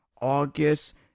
August